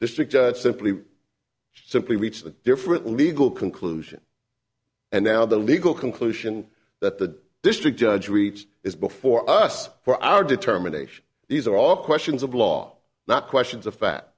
district simply simply reached a different legal conclusion and now the legal conclusion that the district judge reach is before us for our determination these are all questions of law not questions of fat